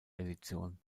edition